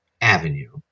Avenue